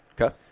Okay